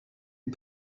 les